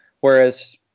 Whereas